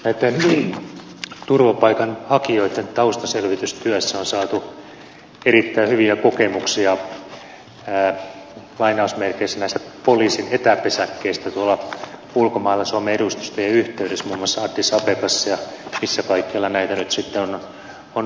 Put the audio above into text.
näitten turvapaikanhakijoitten taustaselvitystyössä on saatu erittäin hyviä kokemuksia näistä poliisin etäpesäkkeistä tuolla ulkomailla suomen edustustojen yhteydessä muun muassa addis abebassa ja missä kaikkialla näitä nyt sitten on ollut